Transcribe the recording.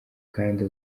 kandi